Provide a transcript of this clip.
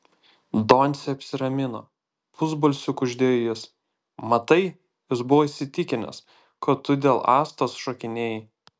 doncė apsiramino pusbalsiu kuždėjo jis matai jis buvo įsitikinęs kad tu dėl astos šokinėjai